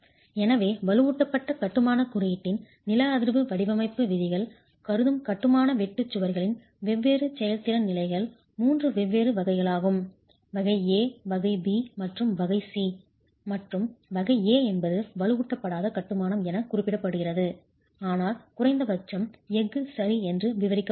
எனவே வலுவூட்டப்பட்ட கட்டுமான குறியீட்டின் நில அதிர்வு வடிவமைப்பு விதிகள் கருதும் கட்டுமான வெட்டு சுவர்களின் வெவ்வேறு செயல்திறன் நிலைகள் 3 வெவ்வேறு வகைகளாகும் வகை A வகை B மற்றும் வகை C மற்றும் வகை A என்பது வலுவூட்டப்படாத கட்டுமான என குறிப்பிடப்படுகிறது ஆனால் குறைந்தபட்சம் எஃகு சரி என்று விவரிக்கப்பட்டுள்ளது